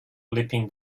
leaping